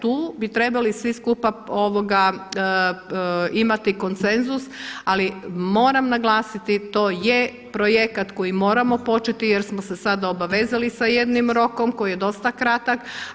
Tu bi trebali svi skupa imati konsenzus, ali moram naglasiti to je projekat koji moramo početi jer smo se sada obavezali sa jednim rokom koji je dosta kratak.